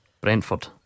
Brentford